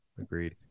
Agreed